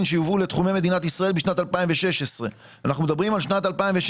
שיובאו לתחומי מדינת ישראל בשנת 2016. אנחנו מדברים על שנת 2016